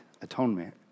atonement